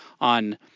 on